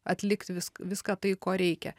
atlikt visk viską tai ko reikia